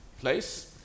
place